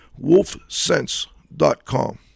wolfsense.com